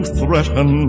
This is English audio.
threaten